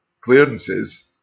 clearances